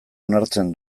onartzen